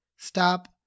Stop